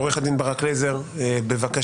עורך הדין ברק לייזר, בבקשה.